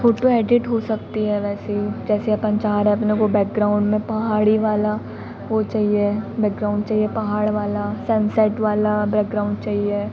photo edit हो सकती है वैसे ही जैसे अपन चाह रहे अपने को बैकग्राउन्ड में पहाड़ी वाला वह चाहिए बैकग्राउन्ड चाहिए पहाड़ वाला सनसेट वाला बैकग्राउन्ड चाहिए